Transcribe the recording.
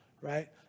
right